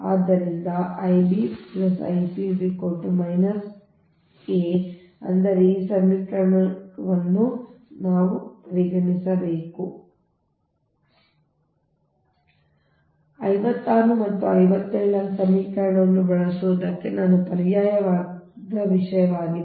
ಆದ್ದರಿಂದ I b I c a ಅಂದರೆ ಈ ಸಮೀಕರಣವನ್ನು ಹಿಡಿದಿಟ್ಟುಕೊಳ್ಳುವ ಈ ಸಮೀಕರಣ ಈ 56 ಮತ್ತು 57 ರ ಸಮೀಕರಣವನ್ನು ಬಳಸುವುದಕ್ಕೆ ನಾವು ಪರ್ಯಾಯವಾಗಿರುವ ವಿಷಯವಾಗಿದೆ